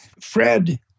Fred